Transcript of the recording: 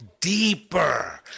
deeper